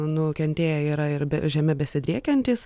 nukentėję yra ir be žeme besidriekiantys